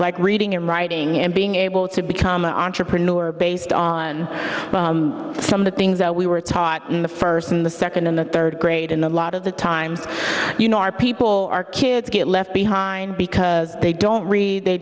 like reading and writing and being able to become an entrepreneur based on some of the things that we were taught in the first in the second and the third grade and a lot of the times you know our people our kids get left behind because they don't read they